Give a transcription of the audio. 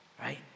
right